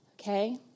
Okay